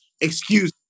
excuse